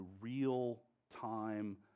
real-time